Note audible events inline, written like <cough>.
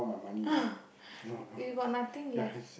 <breath> you got nothing left